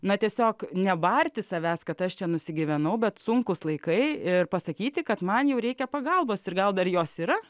na tiesiog nebarti savęs kad aš čia nusigyvenau bet sunkūs laikai ir pasakyti kad man jau reikia pagalbos ir gal dar jos yra